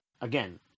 again